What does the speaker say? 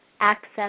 access